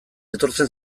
etortzen